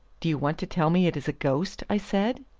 do you want to tell me it is a ghost? i said.